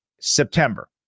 September